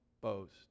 boast